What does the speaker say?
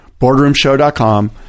boardroomshow.com